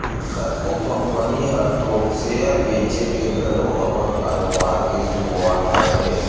कतको कंपनी ह तो सेयर बेंचके घलो अपन कारोबार के सुरुवात करथे